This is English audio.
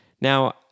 Now